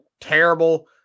terrible